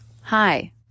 Hi